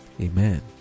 amen